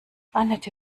anette